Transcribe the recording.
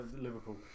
Liverpool